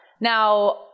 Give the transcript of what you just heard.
Now